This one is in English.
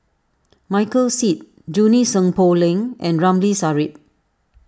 Michael Seet Junie Sng Poh Leng and Ramli Sarip